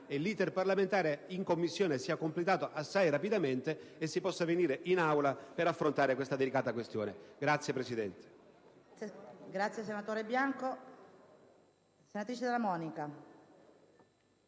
e l'*iter* parlamentare in Commissione sia completato assai rapidamente e si possa venire in Aula per affrontare questa delicata questione. [\*DELLA